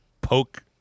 poke